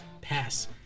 pass